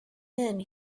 then